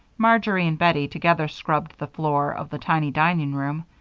marjory and bettie together scrubbed the floor of the tiny dining-room.